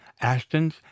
Ashtons